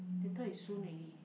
later is soon already